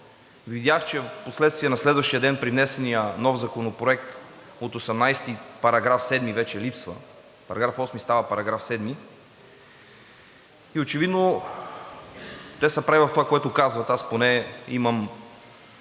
видях, че впоследствие на следващия ден при внесения нов законопроект от 18-и § 7 вече липсва, § 8 става § 7 и очевидно те са прави в това, което казват, аз поне имам